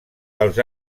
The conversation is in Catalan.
els